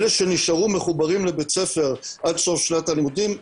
אלו שנשארו מחוברים לבית הספר עד סוף שנת הלימודים,